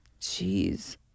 Jeez